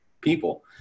people